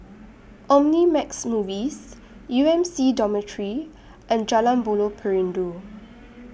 Omnimax Movies U M C Dormitory and Jalan Buloh Perindu